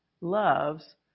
loves